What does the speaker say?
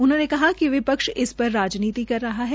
उन्होंने कहा कि विपक्ष इस पर राजनीति कर रहा है